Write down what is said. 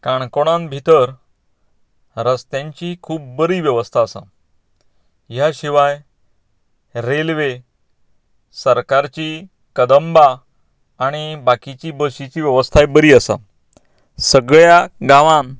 काणकोणांत भितर रस्त्यांची खूब बरी वेवस्था आसा ह्या शिवाय रेल्वे सरकारची कदंबा आनी बाकीची बसीची वेवस्थाय बरी आसा सगळ्यां गावांत